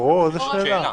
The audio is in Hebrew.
ברור, איזו שאלה.